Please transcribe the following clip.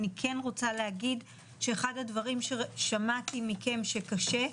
אני כן רוצה להגיד שאחד הדברים ששמעתי מכם שקשה,